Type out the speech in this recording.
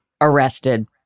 arrested